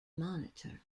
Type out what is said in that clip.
monitor